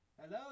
Hello